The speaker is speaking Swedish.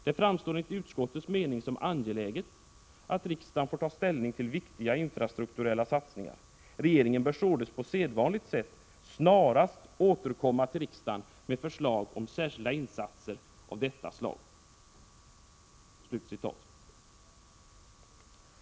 Det framstår enligt utskottets mening som angeläget att riksdagen får ta ställning till viktiga infrastrukturella satsningar. Regeringen bör sålunda på sedvanligt sätt snarast återkomma till riksdagen med förslag om särskilda insatser av detta slag.” Herr talman!